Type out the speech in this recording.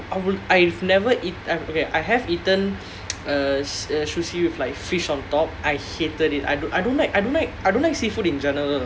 and seaweed I'm I I've never eat I okay I have eaten uh sushi with like fish on top I hated it I don't I don't like I don't like I don't like seafood in general